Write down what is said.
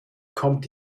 kommt